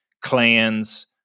clans